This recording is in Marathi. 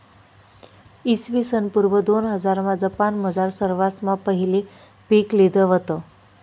इसवीसन पूर्व दोनहजारमा जपानमझार सरवासमा पहिले पीक लिधं व्हतं